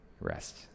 Rest